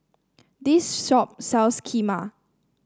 this shop sells Kheema